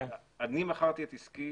אני מכרתי את עסקי